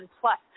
plus